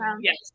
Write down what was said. Yes